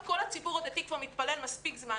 כל הציבור הדתי מתפלל כבר מספיק זמן